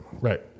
Right